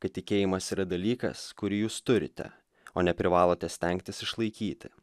kad tikėjimas yra dalykas kurį jūs turite o neprivalote stengtis išlaikyti